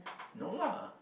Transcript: no lah